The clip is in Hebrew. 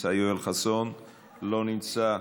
לא נמצא,